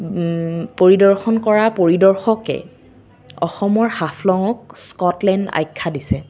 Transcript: পৰিদৰ্শন কৰা পৰিদৰ্শকে অসমৰ হাফলঙক স্কটলেণ্ড আখ্যা দিছে